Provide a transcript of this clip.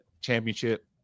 championship